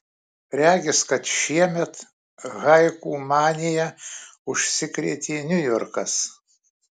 regis kad šiemet haiku manija užsikrėtė niujorkas